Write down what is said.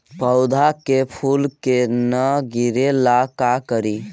पौधा के फुल के न गिरे ला का करि?